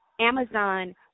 Amazon